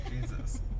Jesus